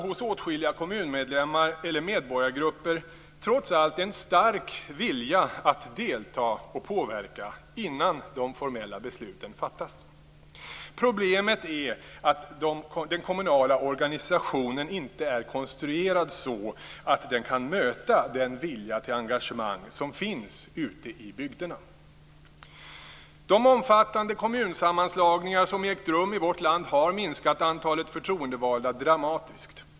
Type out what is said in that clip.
Hos åtskilliga kommunmedlemmar eller medborgargrupper finns det alltså trots allt en stark vilja att delta och påverka innan de formella besluten fattas. Problemet är att den kommunala organisationen inte är konstruerad så att den kan möta den vilja till engagemang som finns ute i bygderna. De omfattande kommunsammanslagningar som ägt rum i vårt land har minskat antalet förtroendevalda dramatiskt.